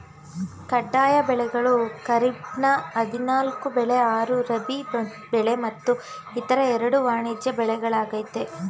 ಕಡ್ಡಾಯ ಬೆಳೆಗಳು ಖಾರಿಫ್ನ ಹದಿನಾಲ್ಕು ಬೆಳೆ ಆರು ರಾಬಿ ಬೆಳೆ ಮತ್ತು ಇತರ ಎರಡು ವಾಣಿಜ್ಯ ಬೆಳೆಗಳಾಗಯ್ತೆ